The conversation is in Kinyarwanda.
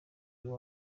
uyu